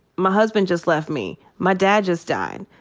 my husband just left me. my dad just died.